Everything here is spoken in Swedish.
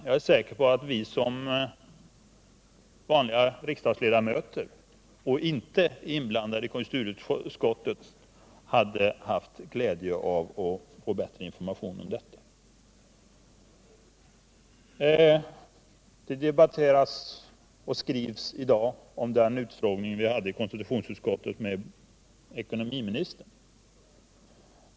Jag är säker på att vi som vanliga riksdagsledamöter, inte inblandade i kulturutskottet, hade haft glädje av att få bättre information i dessa frågor. Det debatteras och skrivs i dag om den utskottsutfrågning vi hade i konstitutionsutskottet med ekonomiministern.